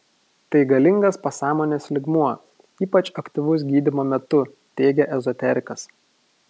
tai galingas pasąmonės lygmuo ypač aktyvus gydymo metu teigia ezoterikas